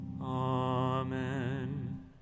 Amen